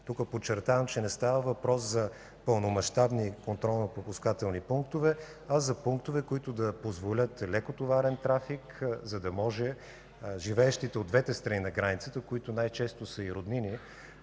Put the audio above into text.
Тук подчертавам, че не става въпрос за пълномащабни контролно-пропускателни пунктове, а за такива, които да позволят лекотоварен трафик, за да може живеещите от двете страни на границата, които най-често са и роднини,